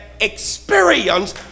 experience